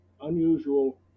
unusual